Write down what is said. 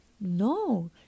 No